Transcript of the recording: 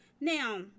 Now